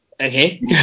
okay